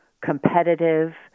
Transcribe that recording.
competitive